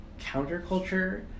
counterculture